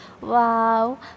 Wow